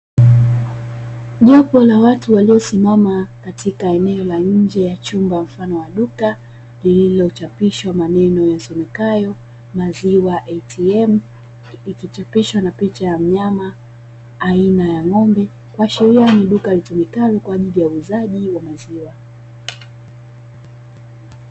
Jopo la watu waliosimama katika eneo la nje ya chumba mfano wa duka, lililochapishwa maneno yasomekayo "Maziwa ATM", ikichapisha na picha ya mnyama aina ya ng'ombe, kuashiria ni duka litumikalo kwa ajili uuzaji maziwa.